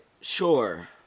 Sure